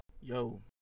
Yo